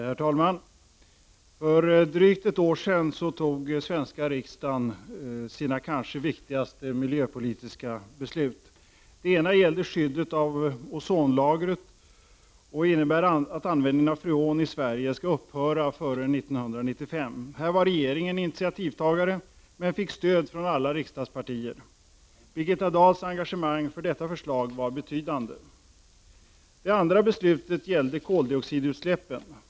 Herr talman! För drygt ett år sedan fattade den svenska riksdagen sina kanske viktigaste miljöpolitiska beslut. Det ena beslutet gällde skyddet av ozonskiktet och innebär att användningen av freon i Sverige skall upphöra före 1995. Här var regeringen initiativtagare, men fick stöd av alla riksdagspartier. Birgitta Dahls engagemang för detta förslag var betydande. Det andra beslutet gällde koldioxidutsläppen.